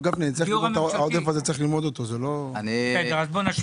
זה לא אדם ספציפי, אני מדבר איתך על שכונה שלמה.